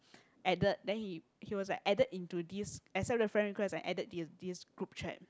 added then he he was like added into this accept the friend request and added this this group chat